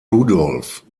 rudolf